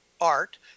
art